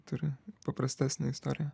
turi paprastesnę istoriją